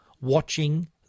watching